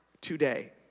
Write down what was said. today